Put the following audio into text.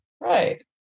Right